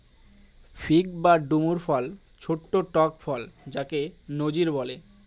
fig বা ডুমুর ফল ছোট্ট টক ফল যাকে নজির বলে